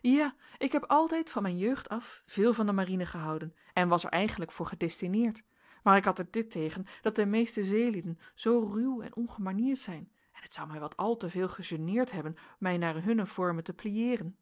ja ik heb altijd van mijne jeugd af veel van de marine gehouden en was er eigenlijk voor gedestineerd maar ik had er dit tegen dat de meeste zeelieden zoo ruw en ongemanierd zijn en het zou mij wat al te veel gegeneerd hebben mij naar hunne vormen te